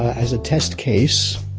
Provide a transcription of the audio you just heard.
as a test case,